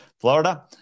Florida